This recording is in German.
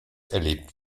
erlebt